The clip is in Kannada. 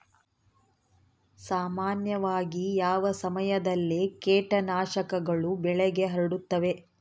ಸಾಮಾನ್ಯವಾಗಿ ಯಾವ ಸಮಯದಲ್ಲಿ ಕೇಟನಾಶಕಗಳು ಬೆಳೆಗೆ ಹರಡುತ್ತವೆ?